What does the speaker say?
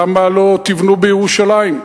למה לא תבנו בירושלים?